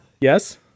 yes